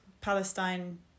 Palestine